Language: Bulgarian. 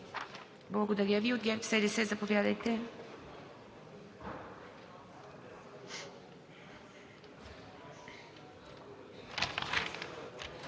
Благодаря Ви. От ГЕРБ-СДС, заповядайте.